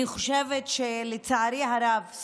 אני חושבת שלצערי הרב,